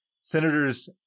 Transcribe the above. Senators